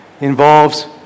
involves